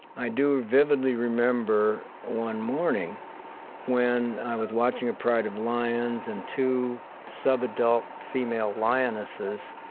i do vividly remember one morning when i was watching a pride of lions and two sub-adult female lionesses